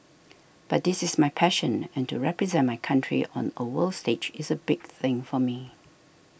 but this is my passion and to represent my country on a world stage is a big thing for me